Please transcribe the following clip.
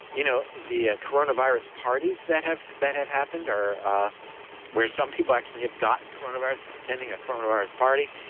you know the ah coronavirus parties that have that have happened or where some people actually have gotten coronavirus from attending a coronavirus party.